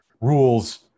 rules